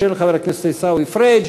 של חבר הכנסת עיסאווי פריג'.